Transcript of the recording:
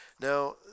Now